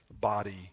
body